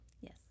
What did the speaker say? Yes